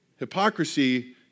hypocrisy